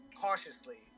cautiously